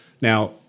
Now